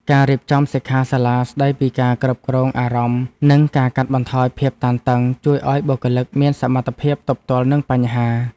ការរៀបចំសិក្ខាសាលាស្តីពីការគ្រប់គ្រងអារម្មណ៍និងការកាត់បន្ថយភាពតានតឹង ជួយឱ្យបុគ្គលិកមានសមត្ថភាពទប់ទល់នឹងបញ្ហា។